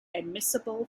admissible